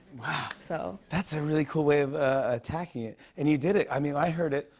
so that's a really cool way of attacking it. and you did it. i mean, i heard it.